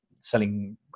selling